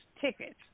tickets